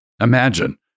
Imagine